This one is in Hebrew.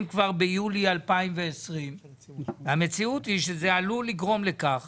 כבר ביולי 2020. המציאות היא שזה עלול לגרום לכך